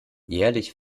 jährlich